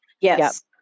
yes